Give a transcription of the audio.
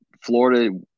Florida